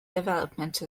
development